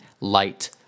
light